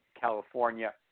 California